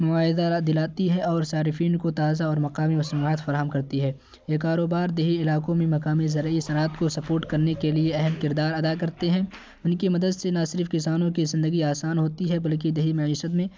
معاوضہ دلاتی ہے اور صارفین کو تازہ اور مقامی مصنوعات فراہم کرتی ہے یہ کاروبار دیہی علاقوں میں مقامی زرعی صنعت کو سپورٹ کرنے کے لیے اہم کردار ادا کرتے ہیں ان کی مدد سے نہ صرف کسانوں کی زندگی آسان ہوتی ہے بلکہ دیہی معیشت میں